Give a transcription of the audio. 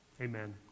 Amen